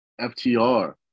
FTR